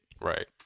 right